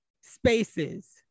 spaces